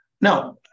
Now